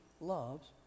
loves